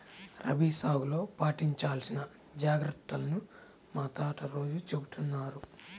రబీ సాగులో పాటించాల్సిన జాగర్తలను మా తాత రోజూ చెబుతున్నారు